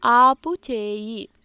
ఆపుచేయి